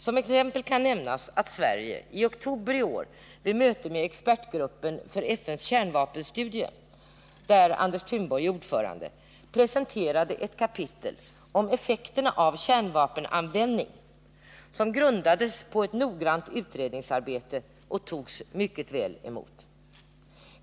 Som exempel kan nämnas att Sverige i oktober i år vid ett möte i expertgruppen för FN:s kärnvapenstudie, i vilken Anders Thunborg är ordförande, presenterade ett kapitel om effekten av kärnvapenanvändning, vilket grundades på ett noggrant utredningsarbete och togs väl emot.